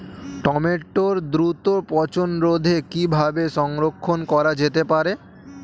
টমেটোর দ্রুত পচনরোধে কিভাবে সংরক্ষণ করা যেতে পারে?